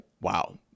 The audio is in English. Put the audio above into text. wow